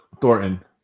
Thornton